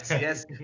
yes